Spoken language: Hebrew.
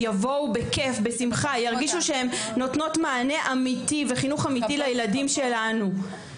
יבואו בכיף בשמחה ירגישו שהן נותנות מענה אמתי וחינוך אמתי לילדים שלנו.